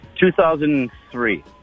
2003